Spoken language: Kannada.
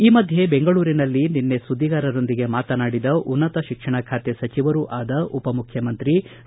ಈ ಮಧ್ಯೆ ಬೆಂಗಳೂರಿನಲ್ಲಿ ನಿನ್ನೆ ಸುದ್ದಿಗಾರರೊಂದಿಗೆ ಮಾತನಾಡಿದ ಉನ್ನತ ಶಿಕ್ಷಣ ಖಾತೆ ಸಚಿವರೂ ಆದ ಉಪ ಮುಖ್ಯಮಂತ್ರಿ ಡಾ